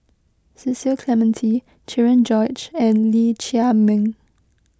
Cecil Clementi Cherian George and Lee Chiaw Meng